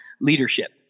leadership